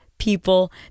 people